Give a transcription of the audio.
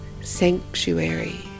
Sanctuary